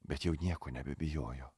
bet jau nieko nebebijojo